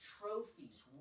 trophies